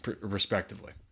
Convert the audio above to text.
respectively